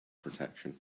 protection